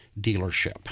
dealership